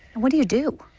what do you do?